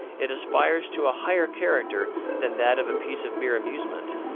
it aspires to a higher character than that of a piece of mere amusement.